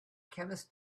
chemist